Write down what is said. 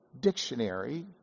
dictionary